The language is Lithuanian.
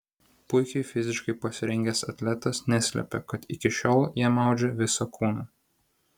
puikiai fiziškai pasirengęs atletas neslepia kad iki šiol jam maudžia visą kūną